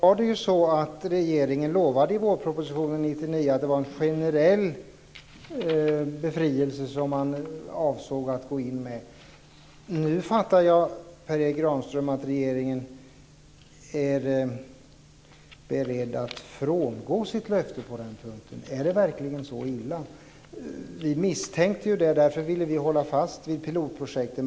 Fru talman! Nu lovade regeringen i vårpropositionen 1999 att det var en generell befrielse som man avsåg att gå in med. Nu uppfattade jag Per Erik Granström som att regeringen är beredd att frångå sitt löfte på den punkten. Är det verkligen så illa? Vi misstänkte det, och därför ville vi hålla fast vid pilotprojekten.